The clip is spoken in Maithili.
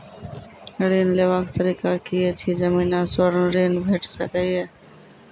ऋण लेवाक तरीका की ऐछि? जमीन आ स्वर्ण ऋण भेट सकै ये?